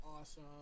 Awesome